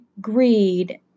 greed